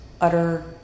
utter